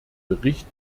bericht